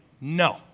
no